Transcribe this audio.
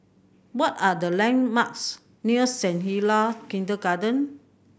what are the landmarks near Saint Hilda Kindergarten